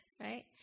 right